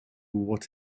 what